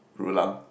Rulang